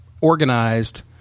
organized